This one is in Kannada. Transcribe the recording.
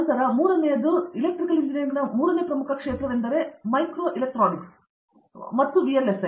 ನಂತರ ಮೂರನೇ ಒಂದು ಎಲೆಕ್ಟ್ರಿಕಲ್ ಎಂಜಿನಿಯರಿಂಗ್ನ ಮೂರನೇ ಪ್ರಮುಖ ಕ್ಷೇತ್ರವೆಂದರೆ ಮೈಕ್ರೋ ಎಲೆಕ್ಟ್ರಾನಿಕ್ಸ್ ಮತ್ತು ವಿಎಲ್ಎಸ್ಐ